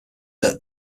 that